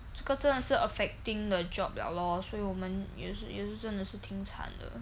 这个真的是 affecting the job liao lor 所以我们也是也是真的是挺惨的